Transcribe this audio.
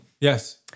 Yes